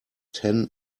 ten